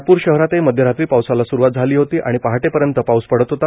नागपूर शहरातही मध्यरात्री पाऊसाला सुरुवात झाली होती आणि पहाटेपर्यंत पाऊस पडत होत